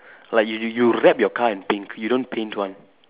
like you you you wrap your car in pink you don't paint one